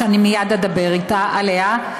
שאני מייד אדבר עליה,